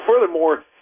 furthermore